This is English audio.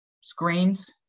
screens